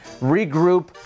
regroup